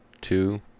two